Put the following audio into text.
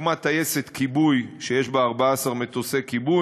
הוקמה טייסת כיבוי שיש בה 14 מטוסי כיבוי,